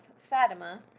Fatima